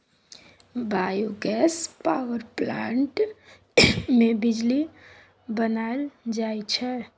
biogas power plant मे बिजली बनाएल जाई छै